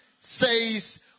says